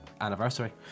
Anniversary